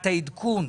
העדכון,